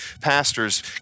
Pastors